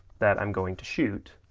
that i'm going to shoot.